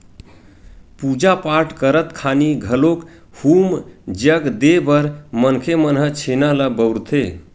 पूजा पाठ करत खानी घलोक हूम जग देय बर मनखे मन ह छेना ल बउरथे